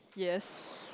yes